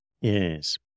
Yes